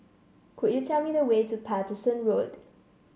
could you tell me the way to Paterson Road